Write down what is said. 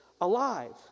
alive